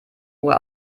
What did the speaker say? uhr